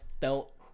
felt